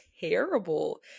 terrible